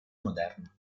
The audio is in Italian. moderna